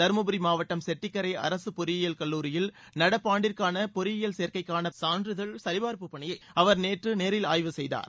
தருமபரி மாவட்டம் செட்டிக்கரை அரசு பொறியியல் கல்லூரியில் நடப்பாண்டிற்கான பொறியியல் சேர்க்கைக்கான சான்றிதழ் சிபார்ப்பு பணியை அவர் நேற்று நேரில் ஆய்வு செய்தார்